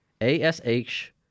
A-S-H